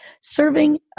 serving